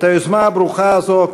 את היוזמה הברוכה הזאת,